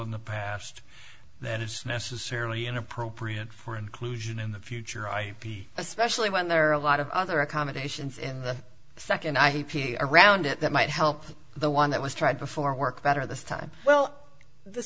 in the past that it's necessarily inappropriate for inclusion in the future ip especially when there are a lot of other accommodations in the second i p r around it that might help the one that was tried before work better this time well the